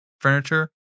furniture